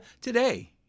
today